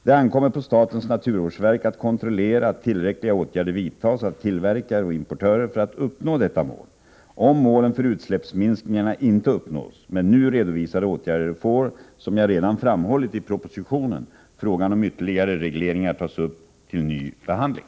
Det ankommer på statens naturvårdsverk att kontrollera att tillräckliga åtgärder vidtas av tillverkare och importörer för att uppnå detta mål. Om målen för utsläppsminskningarna inte uppnås med nu redovisade åtgärder får — som jag redan framhållit i propositionen — frågan om ytterligare regleringar tas upp till ny behandling.